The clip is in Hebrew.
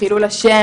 חילול השם,